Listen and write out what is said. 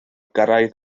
gyrraedd